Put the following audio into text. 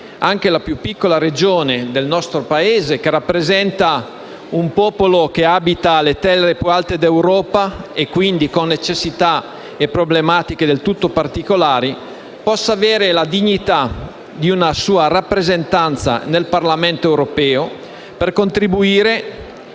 anche la più piccola Regione del nostro Paese, che rappresenta un popolo che abita le terre più alte d'Europa, e quindi con necessità e problematiche del tutto particolari, possa avere la dignità di una sua rappresentanza nel Parlamento europeo per contribuire